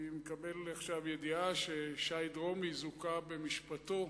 אני מקבל עכשיו ידיעה ששי דרומי זוכה במשפטו,